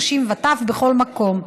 נשים וטף בכל מקום,